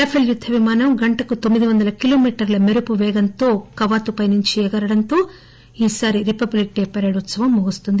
raffle యుద్ద విమానం గంటకు తొమ్మిది వందల కిలోమీటర్ల మెరుపు పేగంతో కవాతుపై ఎగరడంతో ఈ రిపబ్లిక్ డే పరేడ్ ఉత్సవం ముగుస్తుంది